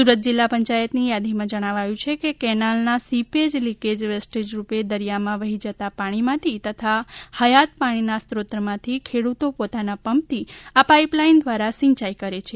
સુરત જિલ્લા પંચાયતની યાદીમાં જણાવાયું છે કે કેનાલના સીપેજ લીકેજ વેસ્ટેજ રૂપે દરિયામાં વહી જતાં પાણીમાંથી તથા હયાત પાણીના સ્ત્રોતમાંથી ખેડૂતો પોતાના પંપથી આ પાઈપલાઈન દ્વારા સિંચાઈ કરે છે